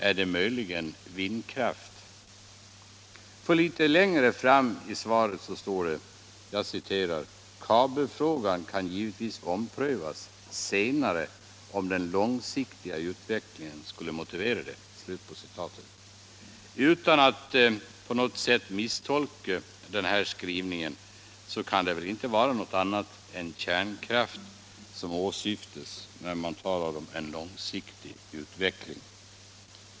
Är det vindkraft? Litet längre fram i svaret står det nämligen: ”Kabelfrågan kan givetvis omprövas senare om den långsiktiga utvecklingen skulle motivera det.” Utan att på något sätt misstolka denna skrivning vill jag säga att det kan väl inte vara något annat än kärnkraften som åsyftas när man talar om långsiktig utveckling.